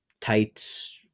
tights